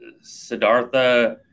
Siddhartha